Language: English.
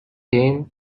him